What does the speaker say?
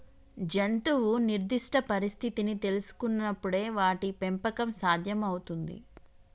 జంతువు నిర్దిష్ట పరిస్థితిని తెల్సుకునపుడే వాటి పెంపకం సాధ్యం అవుతుంది